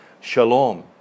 shalom